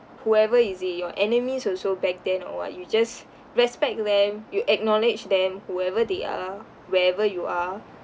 whoever is it your enemies also back then or what you just respect them you acknowledge them whoever they are wherever you are